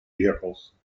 vehicles